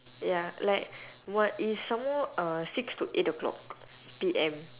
ya like no is some more uh six to eight o'clock P_M